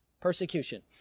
persecution